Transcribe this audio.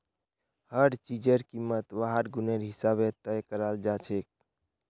हर चीजेर कीमत वहार गुनेर हिसाबे तय कराल जाछेक